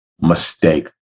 mistake